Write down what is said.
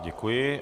Děkuji.